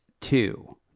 two